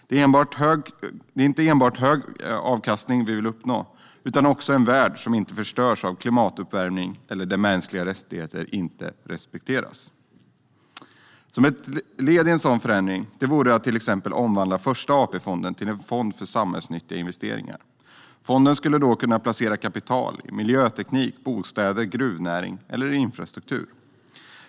Det är inte enbart hög avkastning vi vill uppnå utan också en värld som inte förstörs av klimatuppvärmning och där mänskliga rättigheter respekteras. Ett led i en sa°dan fo ̈ra ̈ndring vore att till exempel omvandla Fo ̈rsta AP-fonden till en fond fo ̈r samha ̈llsnyttiga investeringar. Fonden skulle då kunna placera kapital i miljo ̈teknik, bosta ̈der, gruvna ̈ring eller infrastruktur.